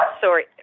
Sorry